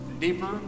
deeper